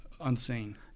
unseen